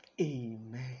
Amen